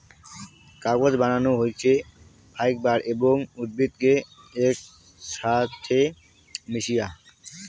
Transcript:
কাগজ বানানো হইছে ফাইবার এবং উদ্ভিদ কে একছাথে মিশায়া